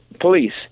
police